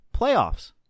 playoffs